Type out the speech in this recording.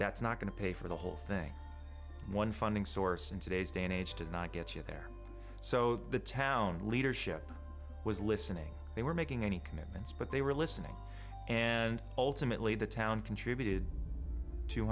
that's not going to pay for the whole thing one funding source in today's day and age does not get you there so the town leadership was listening they were making any commitments but they were listening and ultimately the town contributed two